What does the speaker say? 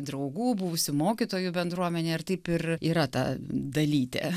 draugų buvusių mokytojų bendruomenėj ar taip ir yra ta dalytė